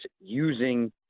using